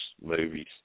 movies